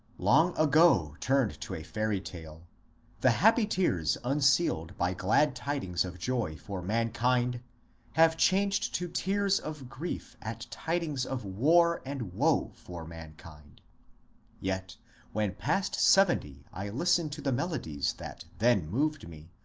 long ago turned to a fairy tale the happy tears unsealed by glad tidings of joy for mankind have changed to tears of grief at tidings of war and woe for mankind yet when past seventy i listen to the melodies that then moved me,